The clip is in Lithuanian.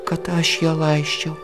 kad aš ją laisčiau